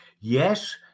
Yes